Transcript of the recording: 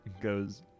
goes